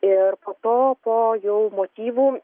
ir po to po jau motyvų